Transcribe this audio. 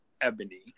Ebony